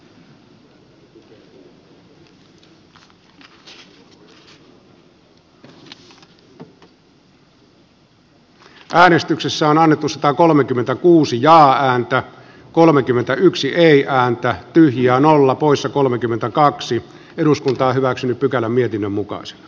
mika lintilä on alettu satakolmekymmentäkuusi ja ääntä kolmekymmentäyksi eeiaan tai tyhjään esko kivirannan kannattamana ehdottanut että pykälä mietinnön mukaan s